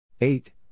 eight